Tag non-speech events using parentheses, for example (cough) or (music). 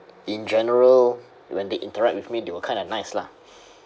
in general when they interact with me they were kind of nice lah (breath)